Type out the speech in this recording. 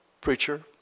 preacher